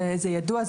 זה ידוע,